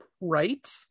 right